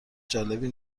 جالبی